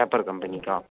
paper కంపెనీకా